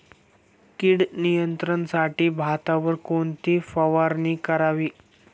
कीड नियंत्रणासाठी भातावर कोणती फवारणी करावी?